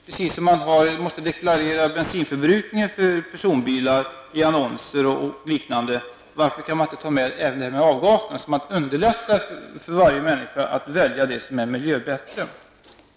I annonser måste man deklarera bensinförbrukningen för personbilar. Varför kan man inte också ta med uppgifter om avgaser så att man underlättar för varje människa att välja det fordon som är bättre för miljön?